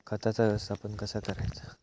खताचा व्यवस्थापन कसा करायचा?